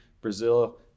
Brazil